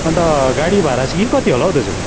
अन्त गाडी भाडा चाहिँ के कति होला हौ दाजु